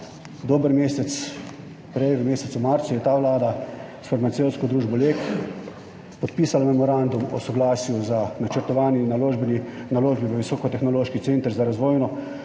dober mesec prej, v mesecu marcu, je Vlada s farmacevtsko družbo Lek podpisala memorandum o soglasju za načrtovano naložbo v visokotehnološki center za proizvodnjo